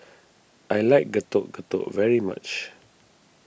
I like Getuk Getuk very much